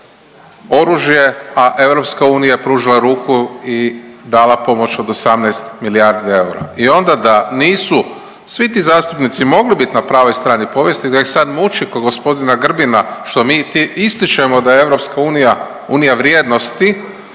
oružje, a EU je pružila ruku i dala pomoć od 18 milijardi eura i onda da nisu svi ti zastupnici mogli bit na pravoj strani povijesti nek sad muči ko g. Grbina što mi tu ističemo da je EU Unija vrijednosti,